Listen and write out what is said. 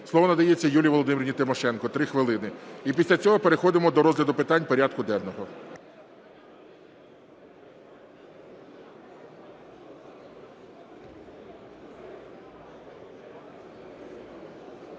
Слово надається Юлії Володимирівні Тимошенко, 3 хвилини. І після цього переходимо до розгляду питань порядку денного.